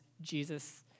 Jesus